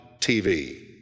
TV